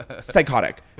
psychotic